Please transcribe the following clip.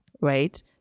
right